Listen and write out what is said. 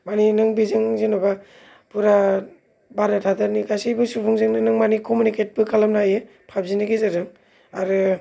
माने नों बेजों जेनोबा पुरा बारा थादेरनिखाय जेबो सुबुंजोंनो कमिउनिकेटबो खालामनो हायो पाबजिनि गेजेरजों आरो